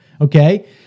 okay